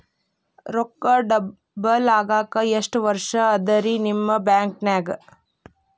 ರೊಕ್ಕ ಡಬಲ್ ಆಗಾಕ ಎಷ್ಟ ವರ್ಷಾ ಅದ ರಿ ನಿಮ್ಮ ಬ್ಯಾಂಕಿನ್ಯಾಗ?